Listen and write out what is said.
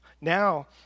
Now